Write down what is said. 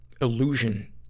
illusion